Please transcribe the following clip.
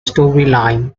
storyline